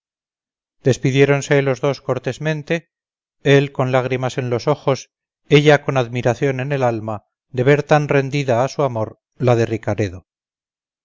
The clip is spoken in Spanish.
despidiéronse los dos cortésmente él con lágrimas en los ojos ella con admiración en el alma de ver tan rendida a su amor la de ricaredo